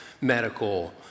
medical